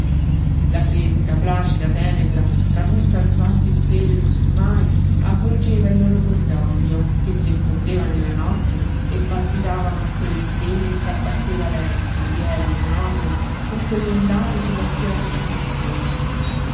la fresca placida tenebra trapunta da tante stelle sul mare avvolgeva il loro cordoglio che si effondeva nella notte e palpitava con quelle stelle e s'abbatteva lento lieve monotono con quelle ondate su la spiaggia silenziosa